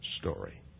story